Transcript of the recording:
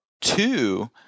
two –